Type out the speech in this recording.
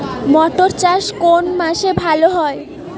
মটর চাষ কোন মাসে ভালো হয়?